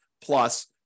plus